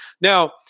Now